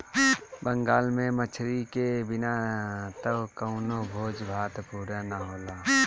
बंगाल में मछरी के बिना त कवनो भोज भात पुरे ना होला